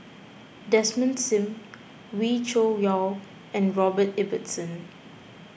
Desmond Sim Wee Cho Yaw and Robert Ibbetson